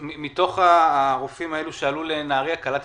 מתוך הרופאים האלה שעלו לנהריה, כמה קלטתם?